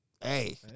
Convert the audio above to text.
hey